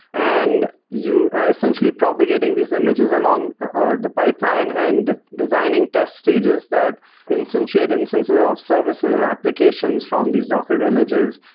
and you are essentially propagating these images along the pipeline and designing test stages that insensate instances of services or applications from these docker images,